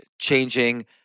changing